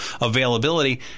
availability